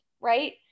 right